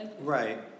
right